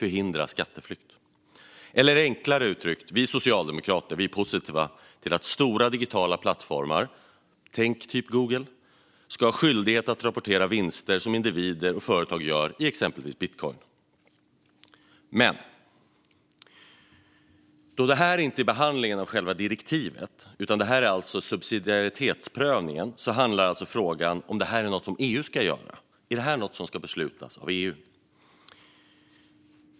Förslag till rådets direktiv om ändring av direktiv 2011 EU om administrativt samarbete i fråga om beskattning Enklare uttryckt är vi socialdemokrater positiva till att stora digitala plattformar, såsom Google, ska ha skyldighet att rapportera vinster som individer och företag gör i exempelvis bitcoin. Då detta inte är en behandling av själva direktivet utan en subsidiaritetsprövning är frågan alltså om det är något som EU ska göra eller besluta om.